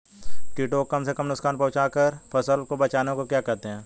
कीटों को कम से कम नुकसान पहुंचा कर फसल को बचाने को क्या कहते हैं?